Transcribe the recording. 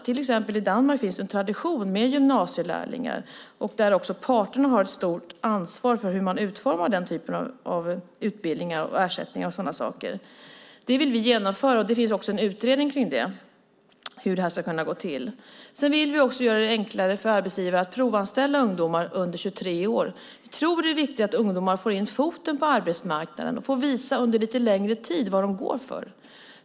Till exempel i Danmark finns en tradition med gymnasielärlingar där också parterna har ett stort ansvar för hur man utformar den formen av utbildningar, ersättningar och sådana saker. Detta vill vi genomföra, och det finns också en utredning kring hur det ska kunna gå till. Vi vill också göra det enklare för arbetsgivare att provanställa ungdomar under 23 år. Vi tror att det är viktigt att ungdomar får in foten på arbetsmarknaden och under lite längre tid får visa vad de går för.